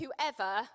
whoever